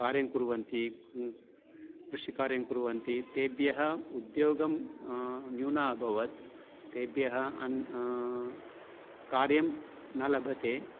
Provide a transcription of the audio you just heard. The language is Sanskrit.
कार्यङ्कुर्वन्ति क्ङ् कृषिकार्यङ्कुर्वन्ति तेभ्यः उद्योग न्यूनः अभवत् तेभ्यः अन्यत् कार्यं न लभ्यते